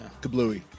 kablooey